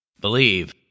Believe